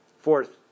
Fourth